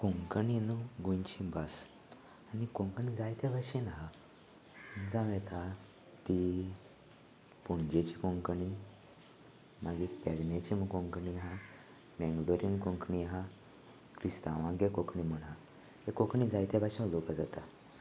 कोंकणी न्हू गोंयची भास आनी कोंकणी जायत भाशेन आसा जावं येता ती पणजेची कोंकणी मागीर पेडण्याची कोंकणी आसा मेंगलोरीन कोंकणी आसा क्रिस्तांवागे कोंकणी म्हण आसा हे कोंकणी जायत भाशे उलोवपाक जाता